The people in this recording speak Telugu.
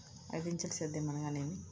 ఐదంచెల సేద్యం అనగా నేమి?